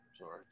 Sorry